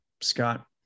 scott